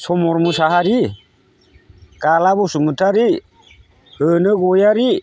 समर मुसाहारि गाला बसुमातारि रोनो गगयारि